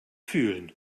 fühlen